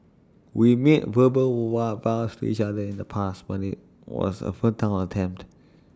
we made verbal vow vows to each other in the past but IT was A futile attempt